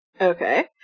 Okay